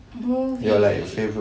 movie